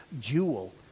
jewel